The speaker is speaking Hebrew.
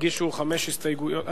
הגישו חמש הסתייגויות.